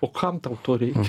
o kam tau to reikia